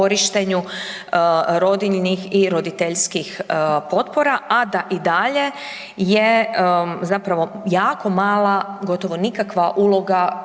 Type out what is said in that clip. korištenju rodiljnih i roditeljskih potpora a da i dalje je zapravo jako mala, gotovo nikakva uloga